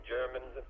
Germans